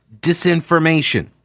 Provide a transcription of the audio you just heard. disinformation